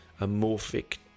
amorphic